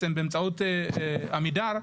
באמצעות עמידר,